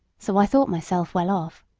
so i thought myself well off.